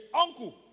uncle